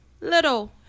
little